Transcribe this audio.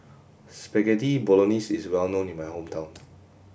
Spaghetti Bolognese is well known in my hometown